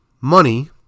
money